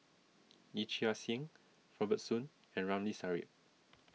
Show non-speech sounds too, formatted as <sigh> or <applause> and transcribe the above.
<noise> Yee Chia Hsing Robert Soon and Ramli Sarip